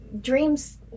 Dreams